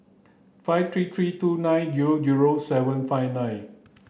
five three three two nine zero zero seven five nine